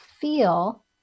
feel